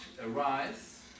arise